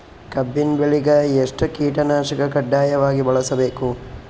ಕಬ್ಬಿನ್ ಬೆಳಿಗ ಎಷ್ಟ ಕೀಟನಾಶಕ ಕಡ್ಡಾಯವಾಗಿ ಬಳಸಬೇಕು?